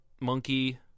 monkey